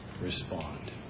respond